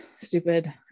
stupid